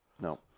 No